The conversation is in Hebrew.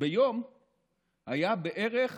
ביום היה בערך